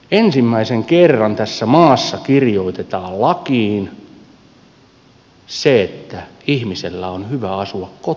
ensimmäisen kerran tässä maassa kirjoitetaan lakiin se että ihmisen on hyvä asua kotona